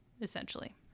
essentially